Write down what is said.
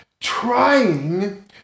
trying